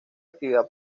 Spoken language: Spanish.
actividad